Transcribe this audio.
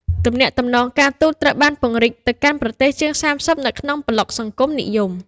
ទំនាក់ទំនងការទូតត្រូវបានពង្រីកទៅកាន់ប្រទេសជាង ៣០ នៅក្នុងប្លុកសង្គមនិយម។